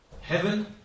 Heaven